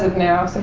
and now, so